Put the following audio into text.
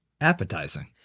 appetizing